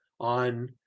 on